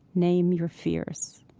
name your fears.